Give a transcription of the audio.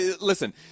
Listen